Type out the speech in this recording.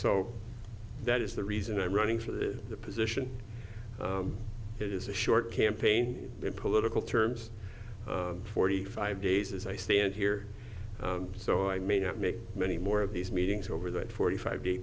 so that is the reason i'm running for the position it is a short campaign in political terms forty five days as i stand here so i may not make many more of these meetings over that forty five day